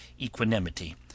equanimity